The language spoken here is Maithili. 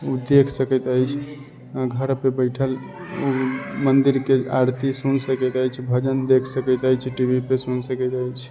ओ देख सकैत अछि घर पे बैठल ओ मन्दिर के आरती सुन सकैत अछि भजन देख सकैत अछि टी वी पे सुन सकैत अछि